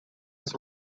his